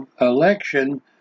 election